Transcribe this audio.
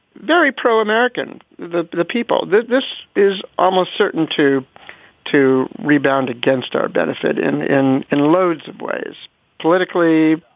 very pro-american. the the people that this is almost certain to to rebound against our benefit in in and loads of ways politically,